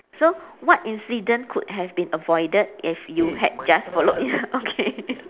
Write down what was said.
so what incident could have been avoided if you had just followed okay